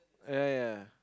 oh yeah yeah